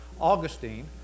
Augustine